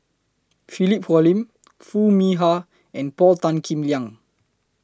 Philip Hoalim Foo Mee Har and Paul Tan Kim Liang